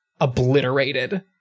obliterated